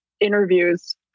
interviews